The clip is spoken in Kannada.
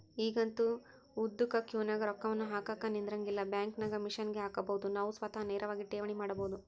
ಈಗಂತೂ ಉದ್ದುಕ ಕ್ಯೂನಗ ರೊಕ್ಕವನ್ನು ಹಾಕಕ ನಿಂದ್ರಂಗಿಲ್ಲ, ಬ್ಯಾಂಕಿನಾಗ ಮಿಷನ್ಗೆ ಹಾಕಬೊದು ನಾವು ಸ್ವತಃ ನೇರವಾಗಿ ಠೇವಣಿ ಮಾಡಬೊದು